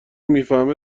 میفهمه